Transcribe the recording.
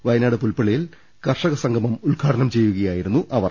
വയനാട് പുൽപ്പള്ളിയിൽ കർഷക സംഗമം ഉദ്ഘാടനം ചെയ്യുകയായിരുന്നു അവർ